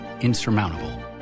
insurmountable